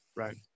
Right